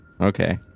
Okay